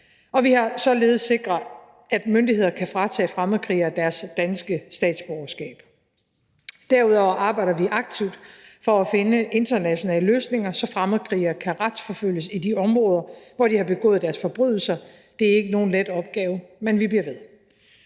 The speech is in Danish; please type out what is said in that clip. vi har således sikret, at myndigheder kan fratage fremmedkrigere deres danske statsborgerskab. Derudover arbejder vi aktivt for at finde internationale løsninger, så fremmedkrigere kan retsforfølges i de områder, hvor de har begået deres forbrydelser. Det er ikke nogen let opgave, men vi bliver ved.